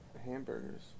hamburgers